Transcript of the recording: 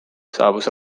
saabus